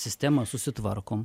sistemą susitvarkom